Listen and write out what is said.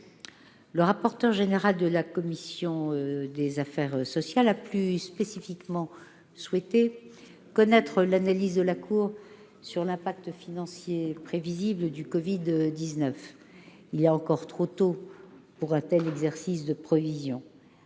Le rapporteur général de la commission des affaires sociales a plus spécifiquement souhaité connaître l'analyse de la Cour sur l'incidence financière prévisible du Covid-19. Il est encore trop tôt pour se livrer à un tel exercice de prévision.